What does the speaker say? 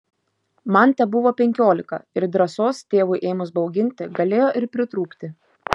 man tebuvo penkiolika ir drąsos tėvui ėmus bauginti galėjo ir pritrūkti